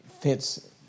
fits